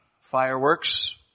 fireworks